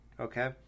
okay